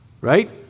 right